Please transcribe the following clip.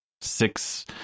six